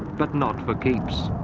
but not for keeps.